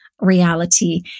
Reality